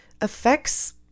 affects